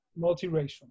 Multiracial